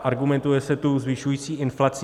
Argumentuje se tu zvyšující se inflací.